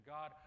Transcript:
God